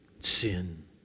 Sin